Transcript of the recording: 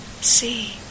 see